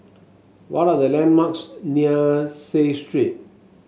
what are the landmarks near Seah Street